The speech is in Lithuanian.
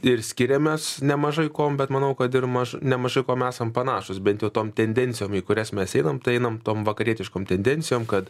ir skiriamės nemažai kuom bet manau kad ir maž nemažai kuom esam panašūs bent jau tom tendencijom į kurias mes einam tai einam tom vakarietiškom tendencijom kad